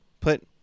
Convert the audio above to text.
put